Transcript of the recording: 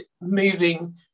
moving